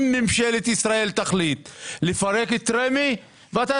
אם ממשלת ישראל תחליט לפרק את רמ"י ואתה